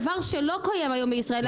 דבר שלא קיים היום בישראל,